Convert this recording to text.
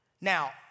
Now